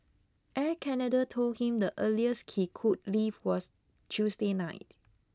Air Canada told him the earliest he could leave was Tuesday night